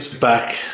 back